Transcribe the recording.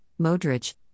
Modric